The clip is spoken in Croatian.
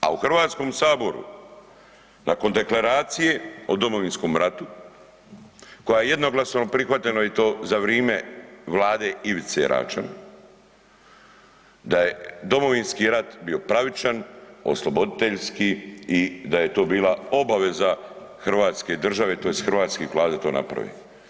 A u Hrvatskom saboru nakon Deklaracije o Domovinskom ratu koja je jednoglasno prihvaćena i to za vrijeme Vlade Ivice Račana, da je Domovinski rat bi pravičan, osloboditeljski i da to je bila obaveza hrvatske države tj. hrvatske Vlade da to naprave.